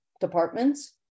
departments